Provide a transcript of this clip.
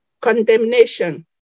condemnation